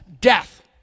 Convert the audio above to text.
death